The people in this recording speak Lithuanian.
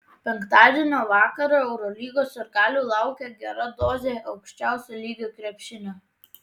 penktadienio vakarą eurolygos sirgalių laukia gera dozė aukščiausio lygio krepšinio